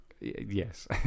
Yes